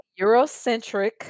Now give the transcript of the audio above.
eurocentric